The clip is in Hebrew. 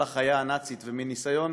על החיה הנאצית, והניסיון